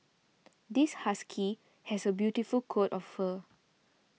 this husky has a beautiful coat of fur